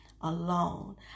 alone